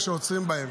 אין שעוצרים בהן.